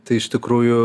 tai iš tikrųjų